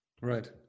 Right